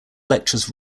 lectures